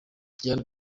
diane